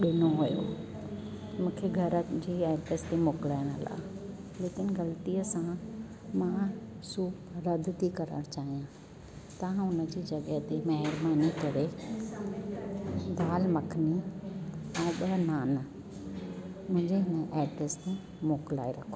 ॾिनो हुओ मूंखे घर जी एड्रेस ते मोकलाइणो हुओ लेकिन ग़लतीअ सां मां सूप रद्द ती करण चाहिया तहां हुन जी जॻह ते मुंजी महिरबानी करे दालि मखनी ऐं ॿ नान मुंहिंजी एड्रेस ते मोकलाए रखो